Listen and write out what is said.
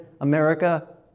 America